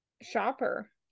shopper